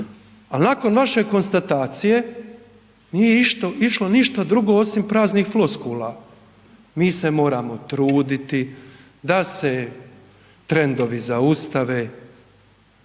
Al nakon vaše konstatacije nije išlo ništa drugo osim praznih floskula, mi se moramo truditi da se trendovi zaustave,